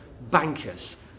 bankers